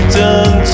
done